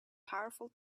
powerful